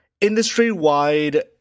industry-wide